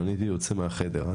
אני הייתי יוצא מהחדר,